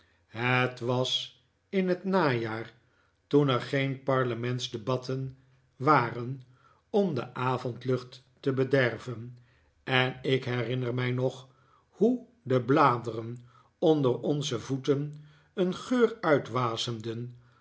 het was in het najaar toen er geen parlementsdebatten waren om de avondlucht te bederven en ik herinner mij nog hoe de bladeren onder onze voeten een geur